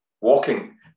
Walking